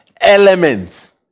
elements